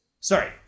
Sorry